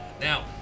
now